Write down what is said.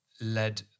led